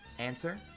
answer